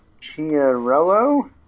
Chiarello